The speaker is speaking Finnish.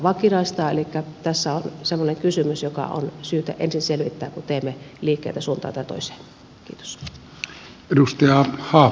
elikkä tässä on semmoinen kysymys joka on syytä ensin selvittää kun teemme liikkeitä suuntaan tai toiseen